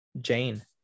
jane